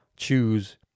choose